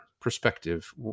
perspective